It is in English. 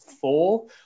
four